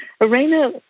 Arena